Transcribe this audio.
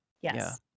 Yes